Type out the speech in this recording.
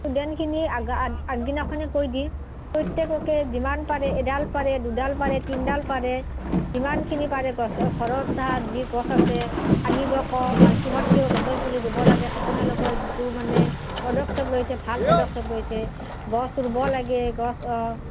ষ্টুডেণ্টখিনি আগ আগদিনাখনেই কৈ দিম প্ৰত্যেককে যিমান পাৰে এডাল পাৰে দুডাল পাৰে তিনিডাল পাৰে যিমানখিনি পাৰে গছ ঘৰত বৈ যি গছ আছে আনিব ক'ম আৰু সিহঁতও গছৰ পুলি ৰুব লাগে আপোনালোকৰ যিটো মানে পদক্ষেপ লৈছে ভাল পদক্ষেপ লৈছে গছ ৰুব লাগে গছ